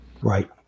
Right